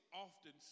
often